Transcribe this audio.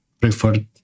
preferred